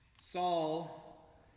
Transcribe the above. Saul